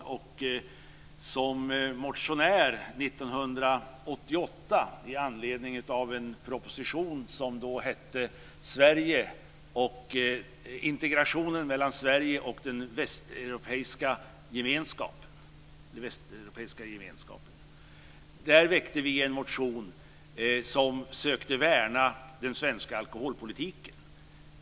Som en av motionärerna 1988 i anledning av en proposition som hette Sverige och den västeuropeiska integrationen väckte jag en motion som sökte värna den svenska alkoholpolitiken.